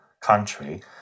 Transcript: country